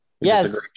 yes